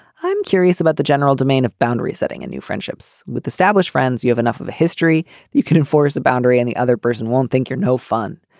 i'm curious about the general domain of boundary setting a new friendships with established friends. you have enough of a history that you can enforce a boundary and the other person won't think you're no fun.